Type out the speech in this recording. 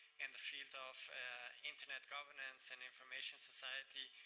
and the field of internet governance and information society,